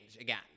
again